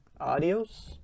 Adios